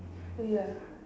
ya